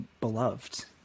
beloved